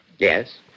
Yes